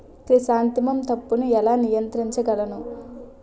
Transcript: Chrysanthemum తప్పును ఎలా నియంత్రించగలను?